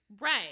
right